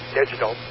digital